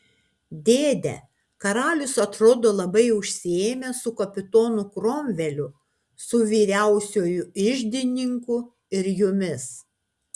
dėde karalius atrodo labai užsiėmęs su kapitonu kromveliu su vyriausiuoju iždininku ir jumis